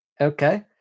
okay